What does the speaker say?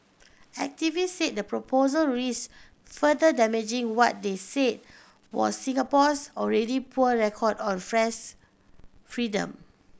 activist said the proposal risked further damaging what they said was Singapore's already poor record on freedom